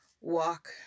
walk